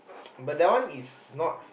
but that one is not